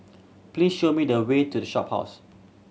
please show me the way to The Shophouse